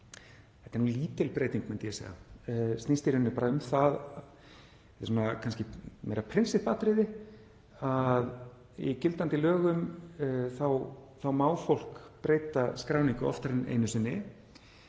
Þetta er nú lítil breyting, myndi ég segja, snýst í rauninni bara um það, kannski meira prinsippatriði, að í gildandi lögum má fólk breyta skráningu oftar en einu sinni,